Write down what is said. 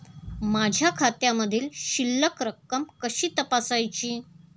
माझ्या खात्यामधील शिल्लक रक्कम कशी तपासायची?